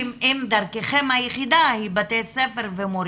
אם דרכיכם היחידה היא בתי הספר ומורים?